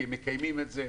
כי הם מקיימים את זה.